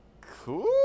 cool